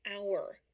hour